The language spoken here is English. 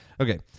Okay